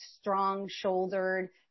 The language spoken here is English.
strong-shouldered